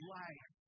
life